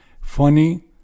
Funny